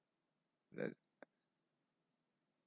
uh